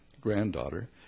granddaughter